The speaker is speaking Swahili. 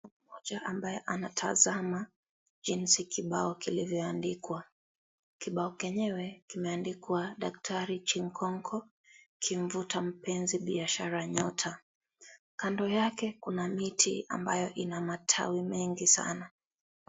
Mtu mmoja ambaye anatazama jinsi kibao kilivyoandikwa, kibao kenyewe kimeandikwa daktari chinkoko kimvuta mpenzi biashara nyota. Kando yake kuna miti ambaye ina matawi mengi sana.